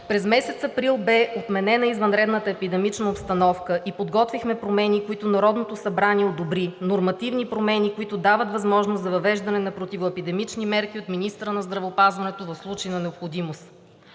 През месец април бе отменена извънредната епидемична обстановка и подготвихме промени, които Народното събрание одобри, нормативни промени, които дават възможност за въвеждане на противоепидемични мерки от министъра на здравеопазването в случай на необходимост.